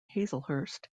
hazlehurst